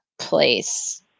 Place